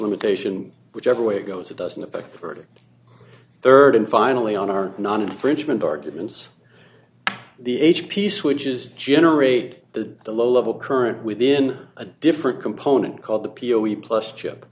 limitation whichever way it goes it doesn't affect verdict rd and finally on are not infringement arguments the h p switches generate the the low level current within a different component called the p o v plus chip